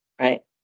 right